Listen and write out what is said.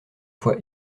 fois